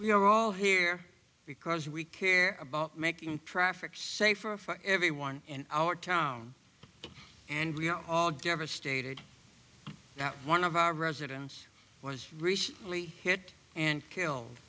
we are all here because we care about making traffic safer for everyone in our town and you know devastated that one of our residents was recently hit and killed